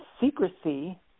secrecy